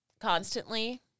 constantly